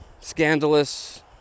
scandalous